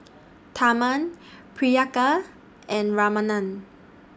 Tharman Priyanka and Ramanand